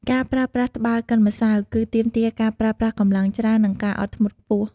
ការប្រើប្រាស់ត្បាល់កិនម្សៅ គឺទាមទារការប្រើប្រាស់កម្លាំងច្រើន និងការអត់ធ្មត់ខ្ពស់។